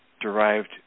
derived